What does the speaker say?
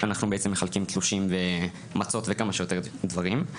אנחנו בעצם מחלקים תלושים ומצות וכמה שיותר דברים.